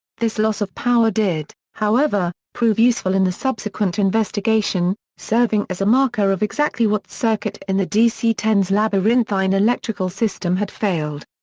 this loss of power did, however prove useful in the subsequent investigation, serving as a marker of exactly what circuit in the dc ten s labyrinthine electrical system had failed.